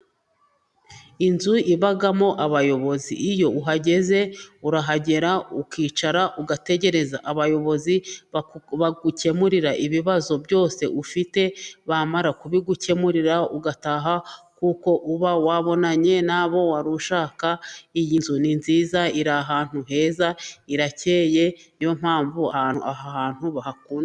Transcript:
Inzu ibamo abayobozi，iyo uhageze， urahagera ukicara， ugategereza abayobozi bagukemurira ibibazo byose ufite，bamara kubigukemurira ugataha， kuko uba wabonanye n’abo wari ushaka. Iyi nzu ni nziza， iri ahantu heza， irakeye，niyo mpamvu aha ahantu bahakunda.